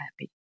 happy